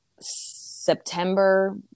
September